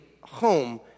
home